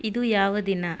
ಇದು ಯಾವ ದಿನ